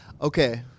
okay